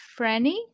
Franny